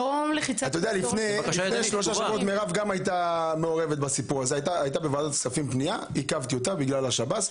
לפני שלושה שבועות היתה פנייה בוועדת כספים ועכבתי אותה בגלל השב"ס.